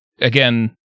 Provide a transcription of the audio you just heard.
again